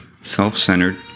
self-centered